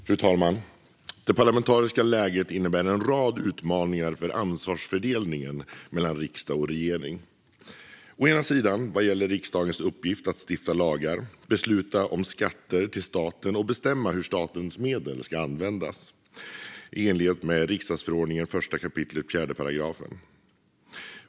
Fru talman! Det parlamentariska läget innebär en rad utmaningar för ansvarsfördelningen mellan riksdag och regering. Å ena sidan gäller det riksdagens uppgift att stifta lagar, besluta om skatter till staten och bestämma hur statens medel ska användas, i enlighet med regeringsformens 1 kap. 4 §.